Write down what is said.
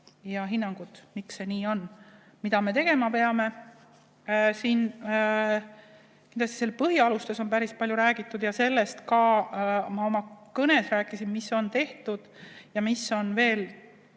hinnangud, miks see nii on. Mida me tegema peame? Kindlasti põhialustes on päris palju räägitud ja ma ka oma kõnes rääkisin, mida on tehtud ja mis on veel